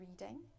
reading